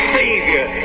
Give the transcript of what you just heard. savior